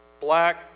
black